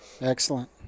excellent